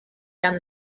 found